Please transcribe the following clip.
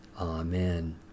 Amen